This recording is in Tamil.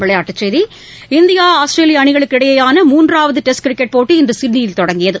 விளையாட்டுச் செய்திகள் இந்தியா ஆஸ்திரேலியா அணிகளுக்கு இடையேயான மூன்றவாது டெஸ்ட் கிரிக்கெட் போட்டி இன்று சிட்னியில் தொடங்கியது